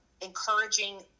encouraging